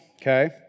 okay